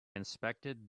inspected